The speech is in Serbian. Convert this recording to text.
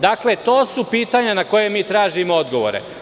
Dakle, to su pitanja na koja mi tražimo odgovore.